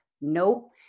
Nope